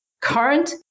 current